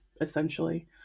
essentially